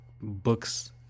books